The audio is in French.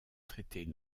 traiter